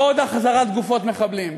לא עוד החזרת גופות מחבלים,